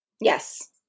Yes